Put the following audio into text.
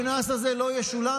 הקנס הזה לא ישולם,